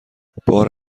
بار